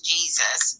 Jesus